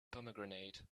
pomegranate